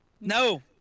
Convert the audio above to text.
No